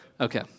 Okay